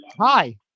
Hi